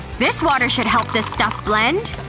this water should help this stuff blend.